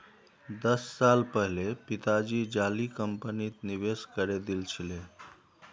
दस साल पहले पिताजी जाली कंपनीत निवेश करे दिल छिले